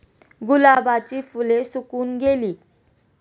गुलाबाची फुले सुकून गेली